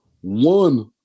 One